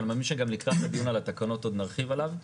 אבל אני מאמין שגם לקראת הדיון על התקנות עוד נרחיב עליו.